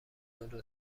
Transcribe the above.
جلو